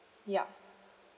ya